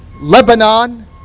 Lebanon